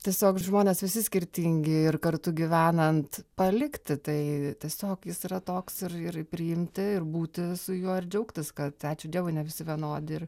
tiesiog žmonės visi skirtingi ir kartu gyvenant palikti tai tiesiog jis yra toks ir ir priimti ir būti su juo ir džiaugtis kad ačiū dievui ne visi vienodi ir